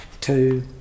two